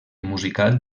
musical